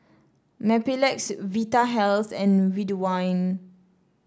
Mepilex Vitahealth and Ridwind